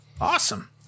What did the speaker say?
Awesome